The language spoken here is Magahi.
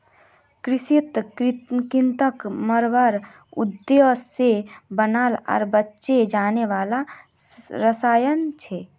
कृंतक कृन्तकक मारवार उद्देश्य से बनाल आर बेचे जाने वाला रसायन छे